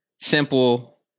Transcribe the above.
Simple